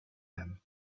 them